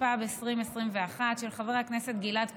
התשפ"ב 2021, של חבר הכנסת גלעד קריב,